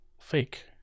fake